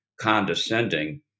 condescending